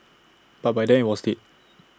but by then IT was dead